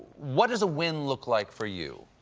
what does a win look like for you?